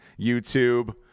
YouTube